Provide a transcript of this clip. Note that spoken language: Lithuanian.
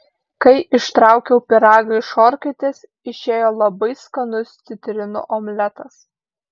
kai ištraukiau pyragą iš orkaitės išėjo labai skanus citrinų omletas